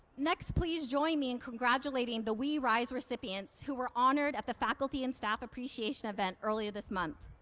next, please join me in congratulating the we rise recipients who were honored at the faculty and staff appreciation event earlier this month.